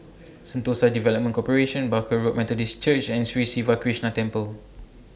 Sentosa Development Corporation Barker Road Methodist Church and Sri Siva Krishna Temple